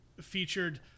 featured